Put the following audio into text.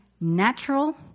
natural